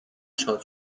شاد